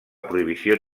prohibició